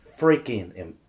freaking